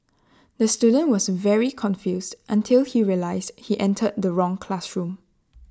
the student was very confused until he realised he entered the wrong classroom